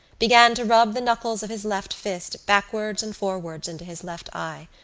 began to rub the knuckles of his left fist backwards and forwards into his left eye,